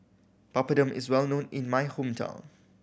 papadum is well known in my hometown